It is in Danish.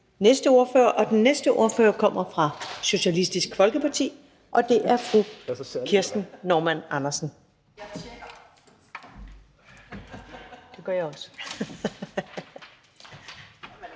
til ordføreren, og den næste ordfører kommer fra Socialistisk Folkeparti, og det er fru Kirsten Normann Andersen.